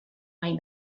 nahi